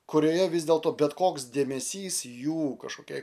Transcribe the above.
kurioje vis dėl to bet koks dėmesys jų kažkokiai